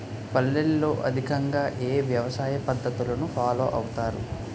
పల్లెల్లో అధికంగా ఏ వ్యవసాయ పద్ధతులను ఫాలో అవతారు?